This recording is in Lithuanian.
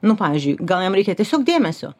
nu pavyzdžiui gal jam reikia tiesiog dėmesio